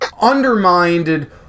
undermined